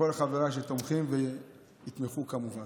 כל חבריי שתומכים ויתמכו כמובן.